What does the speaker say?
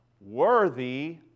Worthy